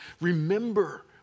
Remember